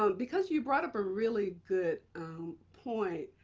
so because you brought up a really good point,